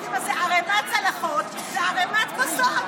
הם יודעים מה זה ערמת צלחות וערמת כוסות,